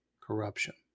corruption